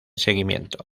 seguimiento